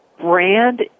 Brand